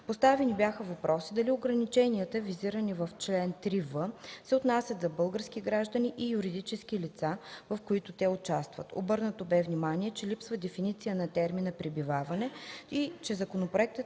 Поставени бяха въпроси дали ограниченията, визирани в чл. 3в, се отнасят за български граждани и юридически лица, в които те участват, обърнато бе внимание, че липсва дефиниция на термина „пребиваване” и че законопроектът